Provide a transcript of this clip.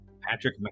Patrick